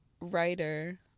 writer